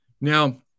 Now